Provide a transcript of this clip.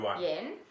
yen